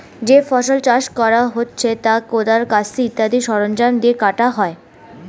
যে ফসল চাষ করা হচ্ছে তা কোদাল, কাস্তে ইত্যাদি সরঞ্জাম দিয়ে কাটা হয়